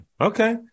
Okay